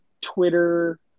Twitter